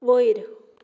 वयर